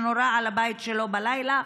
שהבית שלו נורה בלילה.